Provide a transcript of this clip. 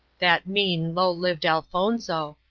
that mean, low-lived elfonzo,